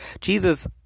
Jesus